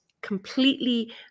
completely